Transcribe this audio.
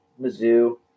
Mizzou